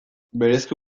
berezko